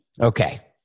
Okay